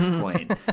point